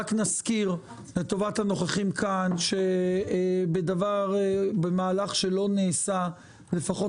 רק נזכיר לטובת הנוכחים כאן שבמהלך שלא נעשה לפחות